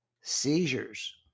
seizures